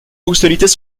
fonctionnalités